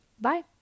bye